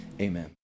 amen